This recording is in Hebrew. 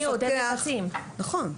נכון.